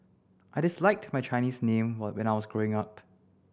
I disliked my Chinese name were when I was growing up